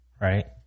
right